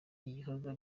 ibikorwa